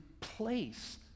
place